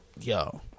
yo